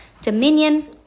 dominion